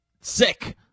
sick